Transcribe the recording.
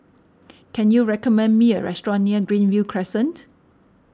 can you recommend me a restaurant near Greenview Crescent